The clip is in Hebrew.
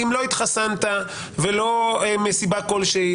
להגיד: אם לא התחסנת מסיבה כלשהי,